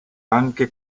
anche